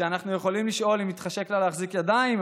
שאנחנו יכולים לשאול אם מתחשק לה להחזיק ידיים,